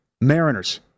Mariners